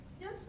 yes